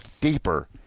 deeper